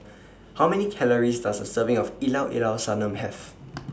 How Many Calories Does A Serving of Llao Llao Sanum Have